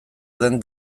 den